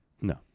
No